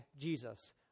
Jesus